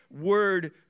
word